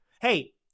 Hey